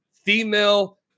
female